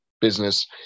business